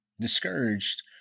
discouraged